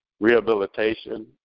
rehabilitation